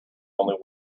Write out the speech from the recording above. only